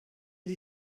die